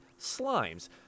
slimes